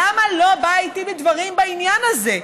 למה היא לא באה איתי בדברים בעניין הזה?